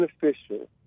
beneficial